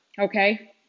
Okay